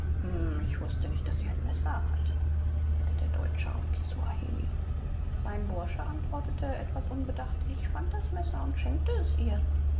ich wußte nicht daß sie ein messer hatte murmelte der deutsche auf kisuaheli sein bursche antwortete etwas unbedacht ich fand das messer und schenkte es ihr